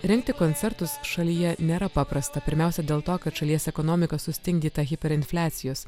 rengti koncertus šalyje nėra paprasta pirmiausia dėl to kad šalies ekonomika sustingdyta hiper infliacijos